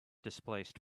displaced